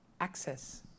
access